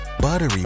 buttery